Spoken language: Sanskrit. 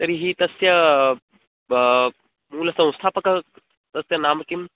तर्हि तस्य मूलसंस्थापकः तस्य नाम किम्